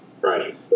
Right